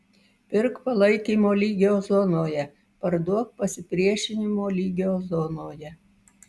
pirk palaikymo lygio zonoje parduok pasipriešinimo lygio zonoje